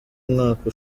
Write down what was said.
umwaka